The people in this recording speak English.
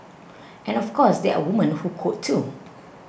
and of course there are women who code too